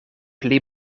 pli